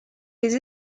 les